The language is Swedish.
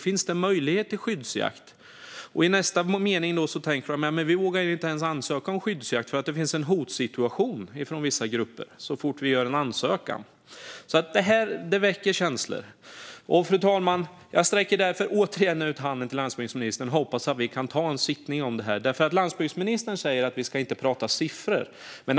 Finns det möjlighet till skyddsjakt? I nästa mening tänker de: Vi vågar inte ens ansökan om skyddsjakt, eftersom det finns en hotsituation från vissa grupper så fort vi gör en ansökan. Det väcker känslor. Fru talman! Jag sträcker därför återigen ut handen till landsbygdsministern och hoppas att vi kan ta en sittning om det här. Landsbygdsministern säger att vi inte ska tala om siffror.